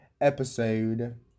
episode